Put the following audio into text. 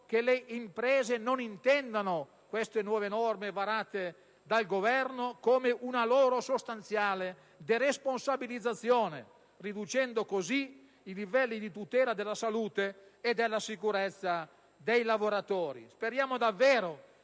che le imprese non intendano queste nuove norme varate dal Governo come una loro sostanziale deresponsabilizzazione, riducendo così i livelli di tutela della salute e della sicurezza dei lavoratori. Speriamo davvero